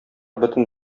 бөтен